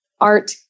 art